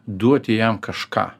duoti jam kažką